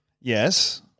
Yes